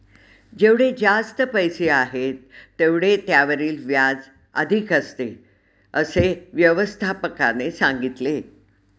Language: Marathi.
जेवढे जास्त पैसे आहेत, तेवढे त्यावरील व्याज अधिक असते, असे व्यवस्थापकाने सांगितले